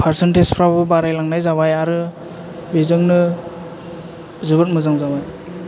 फारसेनथेजफ्राबो बारायलांनाय जाबाय आरो बेजोंनो जोबोद मोजां जाबाय